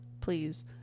please